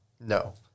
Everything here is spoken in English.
No